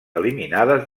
eliminades